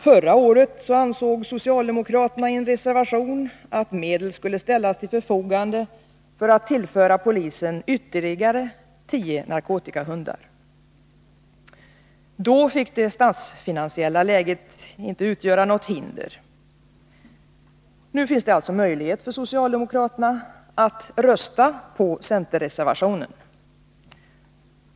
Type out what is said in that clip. Förra året ansåg socialdemokraterna i en reservation att medel skulle ställas till förfogande för att tillföra polisen ytterligare tio narkotikahundar. Då fick inte det statsfinansiella läget utgöra något hinder. Nu finns det alltså möjlighet för socialdemokraterna att rösta på centerreservationen.